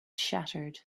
shattered